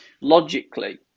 logically